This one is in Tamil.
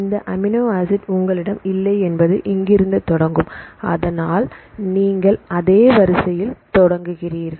இந்த அமினோ ஆசிட் உங்களிடம் இல்லை என்பது இங்கிருந்து தொடங்கும் ஆனால் நீங்கள் அதே வரிசையிலிருந்து தொடங்குகிறீர்கள்